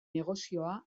negozioa